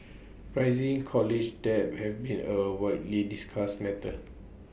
rising college debt has been A widely discussed matter